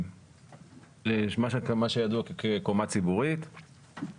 מה שידוע כקומה ציבורית.